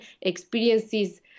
experiences